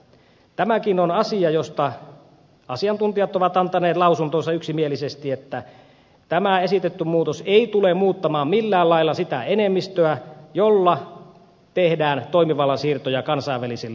tämäkin on asia josta asiantuntijat ovat antaneet lausuntonsa yksimielisesti että tämä esitetty muutos ei tule muuttamaan millään lailla sitä enemmistöä jolla tehdään toimivallan siirtoja kansainvälisille järjestöille